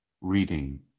reading